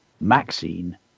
Maxine